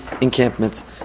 encampments